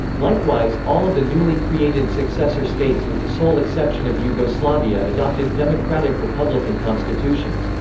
likewise, all of the newly created successor states with the sole exception of yugoslavia adopted democratic republican constitutions.